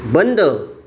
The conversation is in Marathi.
बंद